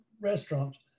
restaurants